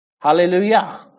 Hallelujah